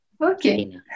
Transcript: Okay